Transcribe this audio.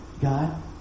God